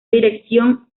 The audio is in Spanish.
dirección